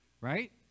Right